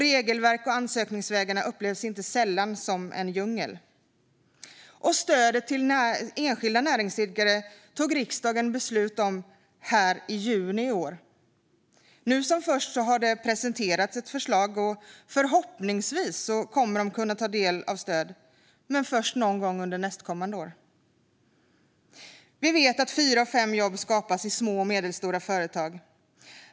Regelverk och ansökningsvägarna upplevs inte sällan som en djungel. Stödet till enskilda näringsidkare fattade riksdagen beslut om i juni i år. Nu har ett förslag presenterats, och förhoppningsvis kan de ta del av stöd någon gång under nästkommande år. Vi vet att fyra av fem jobb skapas i små och medelstora företag.